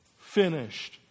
finished